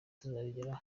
tuzabigeraho